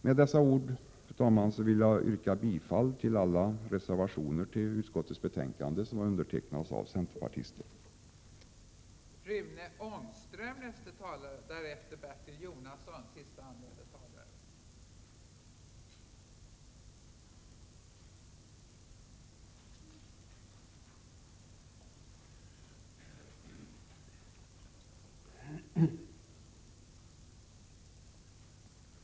Med dessa ord, fru talman, vill jag yrka bifall till alla reservationer i utskottets betänkande som det står centerpartister bakom.